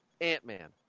Ant-Man